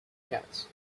cats